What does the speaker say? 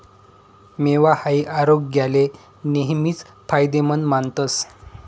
मेवा हाई आरोग्याले नेहमीच फायदेमंद मानतस